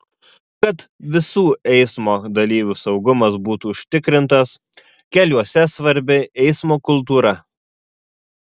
kad visų eismo dalyvių saugumas būtų užtikrintas keliuose svarbi eismo kultūra